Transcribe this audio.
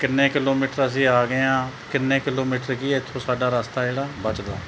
ਕਿੰਨੇ ਕਿਲੋਮੀਟਰ ਅਸੀਂ ਆ ਗਏ ਹਾਂ ਕਿੰਨੇ ਕਿਲੋਮੀਟਰ ਕੀ ਹੈ ਇੱਥੋਂ ਸਾਡਾ ਰਸਤਾ ਜਿਹੜਾ ਬਚਦਾ